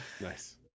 nice